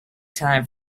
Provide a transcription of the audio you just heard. time